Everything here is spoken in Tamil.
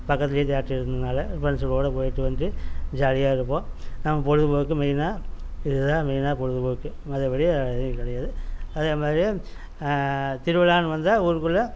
பக்கத்தில் தேட்டர் இருந்ததினால ஃப்ரெண்ட்ஸுங்களோடு போயிட்டு வந்து ஜாலியாக இருப்போம் நம்ம பொழுபோக்குக்கு மெயினாக இது தான் மெயினாக பொழுபோக்கு மற்றபடி வேறு எதுவும் கிடையாது அதேமாதிரியே திருவிழான்னு வந்தால் ஊருக்குள்ளே